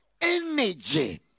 energy